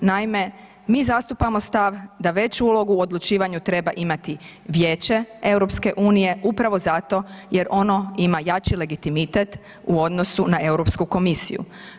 Naime, mi zastupamo stav da veću ulogu u odlučivanju treba imati Vijeće EU upravo zato jer ono ima jači legitimitet u odnosu na Europsku komisiju.